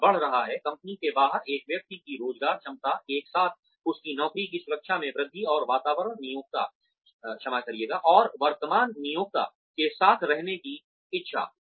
यह बढ़ रहा है कंपनी के बाहर एक व्यक्ति की रोज़गार क्षमता एक साथ उसकी नौकरी की सुरक्षा में वृद्धि और वर्तमान नियोक्ता के साथ रहने की इच्छा